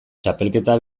txapelketa